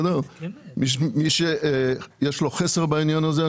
מי שיש לו חסר בעניין הזה,